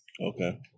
Okay